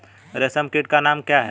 रेशम कीट का नाम क्या है?